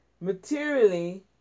materially